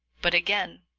but again,